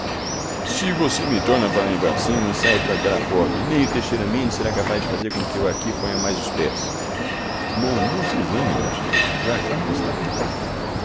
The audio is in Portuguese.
se você me torna a falar em vacina saio por aquela porta e nem o teixeira mendes será capaz de fazer com que eu aqui ponha mais os pés bom não se zangue meu tio já cá não está quem falou